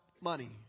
money